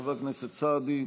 חבר הכנסת סעדי,